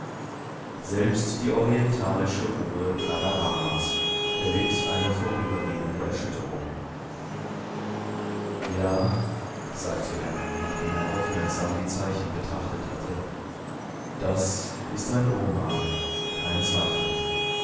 selbst die orientalische ruhe kala ramas erlitt eine vorübergehende erschütterung ja sagte er nachdem er aufmerksam die zeichen betrachtet hatte das ist ein romal kein zweifel